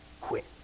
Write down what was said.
quit